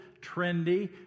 trendy